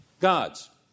Gods